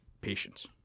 patience